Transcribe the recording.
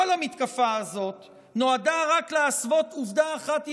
כל המתקפה הזאת נועדה רק להסוות עובדה אחת יסודית,